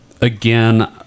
Again